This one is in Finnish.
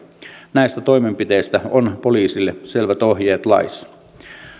näistä toimenpiteistä on poliisille selvät ohjeet laissa